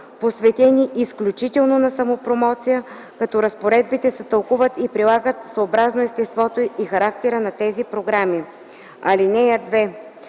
посветени изключително на самопромоция, като разпоредбите се тълкуват и прилагат съобразно естеството и характера на тези програми. (2)